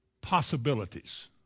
possibilities